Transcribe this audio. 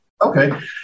Okay